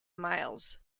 myles